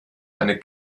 eine